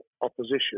opposition